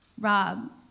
Rob